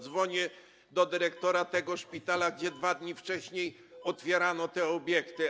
Dzwonię do dyrektora tego szpitala, gdzie 2 dni wcześniej otwierano te obiekty.